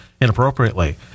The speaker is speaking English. inappropriately